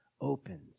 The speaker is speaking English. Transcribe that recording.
opens